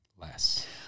less